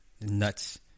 nuts